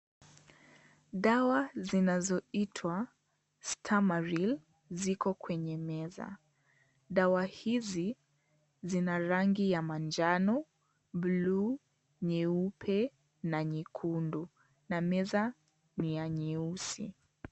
Dawa zinazoitwa Stamaril ziko kwenye meza. Dawa hizi zina rangi ya manjano, buluu, nyeupe, na nyekundu, na meza ni ya nyeusi.